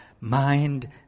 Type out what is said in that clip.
mind